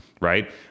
right